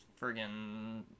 friggin